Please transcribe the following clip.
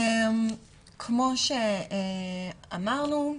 כמו שאמרנו,